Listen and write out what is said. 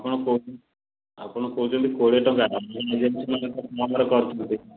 ଆପଣ କହୁଛନ୍ତି ଆପଣ କହୁଛନ୍ତି କୋଡ଼ିଏ ଟଙ୍କା